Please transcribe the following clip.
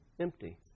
empty